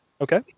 Okay